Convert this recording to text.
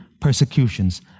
persecutions